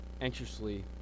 anxiously